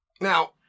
Now